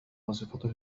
وظيفته